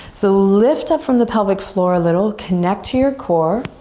so lift up from the pelvic floor a little. connect to your core.